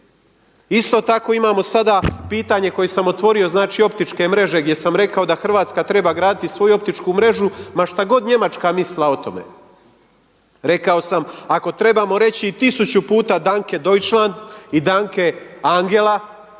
Isto tako imamo sada pitanje koje sam otvorio, znači optičke mreže gdje sam rekao da Hrvatska treba graditi svoju optičku mrežu ma što god Njemačka mislila o tome. Rekao sam ako trebamo reći i tisuću puta danke Deutschland i danke Angela.